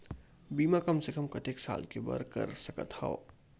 बीमा कम से कम कतेक साल के बर कर सकत हव?